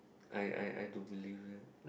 I I I don't believe that